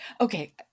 Okay